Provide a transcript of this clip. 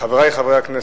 חברי חברי הכנסת,